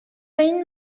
این